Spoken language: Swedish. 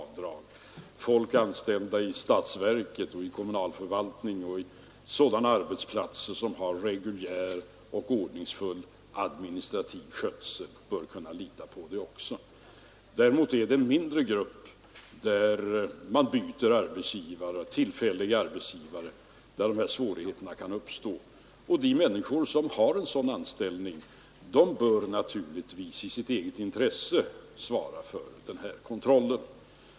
Folk som är anställda i statsverket och kommunala förvaltningar och på sådana arbetsplatser som har reguljär och ordningsfull administration bör också kunna lita på avdragen. Däremot är det en mindre grupp som byter arbetsgivare ofta, och för dem kan de här svårigheterna uppstå. Och de människor som har en sådan anställning bör naturligtvis i sitt eget intresse svara för den här kontrollen.